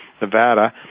Nevada